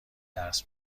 درس